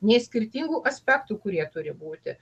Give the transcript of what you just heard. nei skirtingų aspektų kurie turi būti